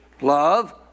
Love